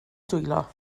dwylo